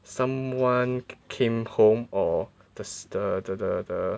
someone came home or the the the the the